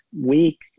week